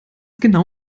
genau